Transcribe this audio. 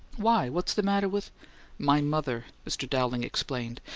why? what's the matter with my mother, mr. dowling explained.